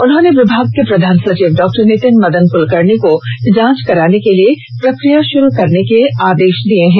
उन्होंने विभाग के प्रधान सचिव डॉक्टर नीतिन मदन कुलकर्णी को जांच कराने के लिए प्रकिया शुरू करने के आदेश दे दिए हैं